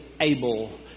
able